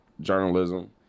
journalism